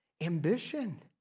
ambition